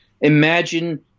Imagine